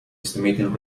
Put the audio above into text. estimating